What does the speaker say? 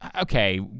Okay